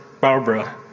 Barbara